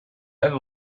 ever